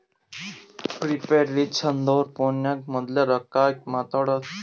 prepaid recharge ಅಂದುರ್ ಫೋನಿಗ ಮೋದುಲೆ ರೊಕ್ಕಾ ಹಾಕಿ ಮಾತಾಡೋದು